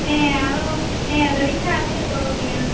ᱦᱮᱸ ᱟᱨᱚ ᱦᱮᱸ ᱫᱟ ᱲᱮᱜ ᱠᱷᱟᱱ ᱟᱨᱦᱚᱸᱞᱮ ᱜᱚᱲᱚᱣᱟᱯᱮᱭᱟ